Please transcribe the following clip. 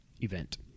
event